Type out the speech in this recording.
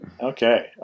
Okay